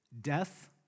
death